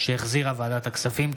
שהחזירה ועדת הכספים.